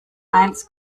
eins